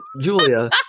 Julia